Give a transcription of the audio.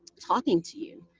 talking to you,